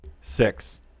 six